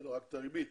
אלא רק את הריבית